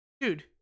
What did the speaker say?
dude